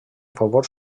favor